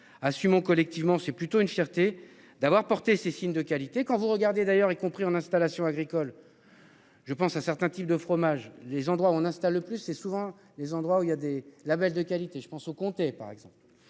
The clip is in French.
Assumons collectivement, c'est plutôt une fierté d'avoir porté ses signes de qualité, quand vous regardez d'ailleurs y compris en installations agricoles. Je pense à certains types de fromages, les endroits où on installe plus c'est souvent les endroits où il y a des labels de qualité, je pense aux par exemple.